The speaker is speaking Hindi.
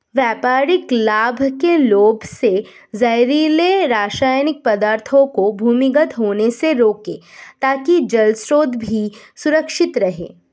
व्यापारिक लाभ के लोभ से जहरीले रासायनिक पदार्थों को भूमिगत होने से रोकें ताकि जल स्रोत भी सुरक्षित रहे